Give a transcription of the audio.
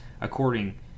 according